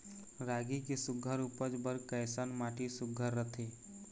रागी के सुघ्घर उपज बर कैसन माटी सुघ्घर रथे?